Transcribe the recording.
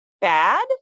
bad